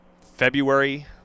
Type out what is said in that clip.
February